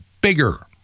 bigger